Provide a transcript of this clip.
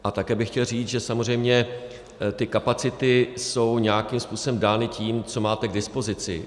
A také bych chtěl říct, že samozřejmě ty kapacity jsou nějakým způsobem dány tím, co máte k dispozici.